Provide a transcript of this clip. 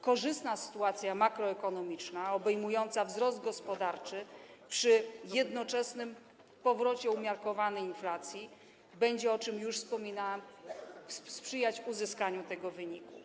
Korzystna sytuacja makroekonomiczna obejmująca wzrost gospodarczy przy jednoczesnym powrocie umiarkowanej inflacji będzie, o czym już wspominałam, sprzyjać uzyskaniu tego wyniku.